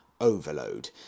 overload